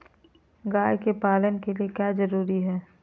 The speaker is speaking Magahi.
गाय के पालन के लिए क्या जरूरी है?